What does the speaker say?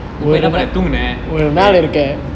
போய் என்னா பன்ன தூங்குன:poi enna panne thoongune